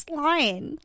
lying